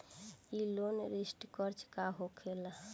ई loan restructure का होखे ला?